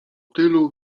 tylu